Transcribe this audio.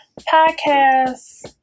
podcast